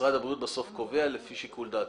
ומשרד הבריאות בסוף קובע לפי שיקול דעתו.